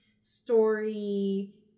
story